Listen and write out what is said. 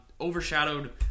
overshadowed